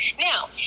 Now